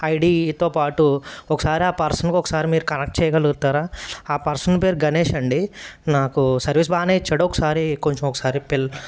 ఐడీతో పాటు ఒకసారి ఆ పర్సన్కు ఒకసారి మీరు కనెక్ట్ చేయగలుగుతారా ఆ పర్సన్ పేరు గణేష్ అండి నాకు సర్వీస్ బాగానే ఇచ్చాడు ఒకసారి కొంచెం ఒకసారి పిల్